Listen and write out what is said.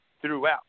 throughout